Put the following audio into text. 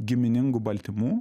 giminingų baltymų